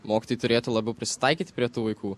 mokytojai turėtų labiau prisitaikyti prie tų vaikų